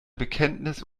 bekenntnis